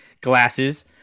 glasses